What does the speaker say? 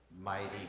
Mighty